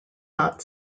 not